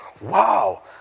Wow